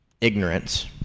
ignorance